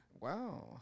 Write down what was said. Wow